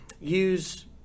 Use